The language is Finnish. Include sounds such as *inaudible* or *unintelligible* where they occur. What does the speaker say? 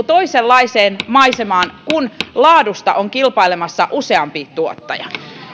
*unintelligible* toisenlaiseen maisemaan kun laadusta on kilpailemassa useampi tuottaja